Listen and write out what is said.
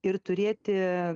ir turėti